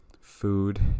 food